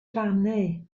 rannu